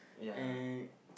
and